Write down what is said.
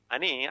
Ani